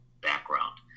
background